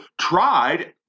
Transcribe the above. tried